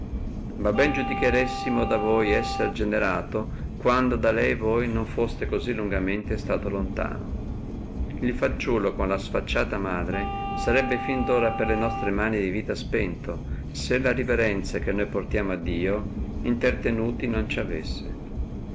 ma ben giudicheressimo da voi esser generato quando da lei voi non foste cosi lungamente stato lontano il fanciullo con la sfacciata madre sarebbe fin ora per le nostre mani di vita spento se la riverenza che noi portiamo a dio intertenuti non ci avesse